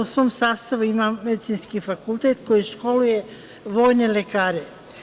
U svom sastavu ima Medicinski fakultet koji školuje vojne lekare.